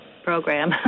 program